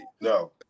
No